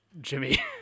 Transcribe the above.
Jimmy